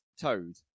toad